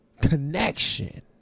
connection